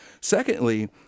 Secondly